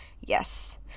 Yes